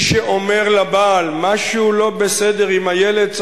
מי שאומר לבעל: משהו לא בסדר עם הילד,